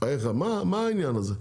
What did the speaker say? מה העניין הזה?